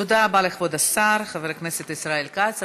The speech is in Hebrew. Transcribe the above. תודה רבה לכבוד השר חבר הכנסת ישראל כץ.